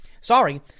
Sorry